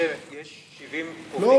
אבל אין עוררין על זה ש-70 עובדים פוטרו.